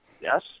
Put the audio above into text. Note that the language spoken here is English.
Yes